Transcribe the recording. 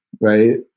right